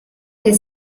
che